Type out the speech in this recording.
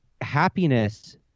happiness